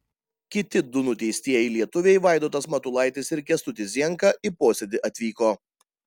kiti du nuteistieji lietuviai vaidotas matulaitis ir kęstutis zienka į posėdį atvyko